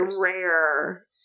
rare